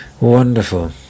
wonderful